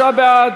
59 בעד,